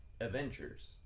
Avengers